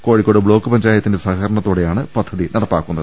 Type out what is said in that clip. Kozhikode block പഞ്ചായത്തിന്റെ സഹകരണ ത്തോടെയാണ് പദ്ധതി നടപ്പാക്കുന്നത്